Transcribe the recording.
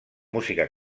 música